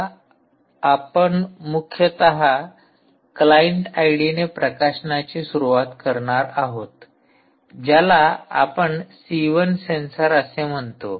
आता मुख्यतः आपण क्लाइंट आयडीने प्रकाशनाची सुरुवात करणार आहोत ज्याला आपण सी वन सेन्सर असे म्हणतो